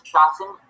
Johnson